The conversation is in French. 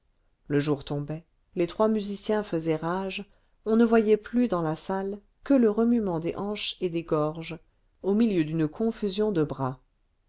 le jour tombait les trois musiciens faisaient rage on ne voyait plus dans la salle que le remuement des hanches et des gorges au milieu d'une confusion de bras